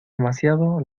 demasiado